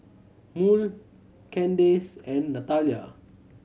Murl Candace and Natalya